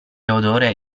odore